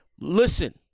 listen